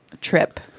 trip